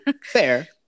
Fair